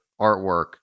artwork